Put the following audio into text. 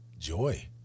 Joy